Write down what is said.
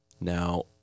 Now